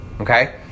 Okay